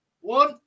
one